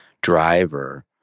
driver